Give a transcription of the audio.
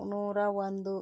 ನೂರ ಒಂದು